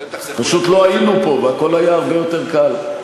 פשוט לא היינו פה, והכול היה הרבה יותר קל.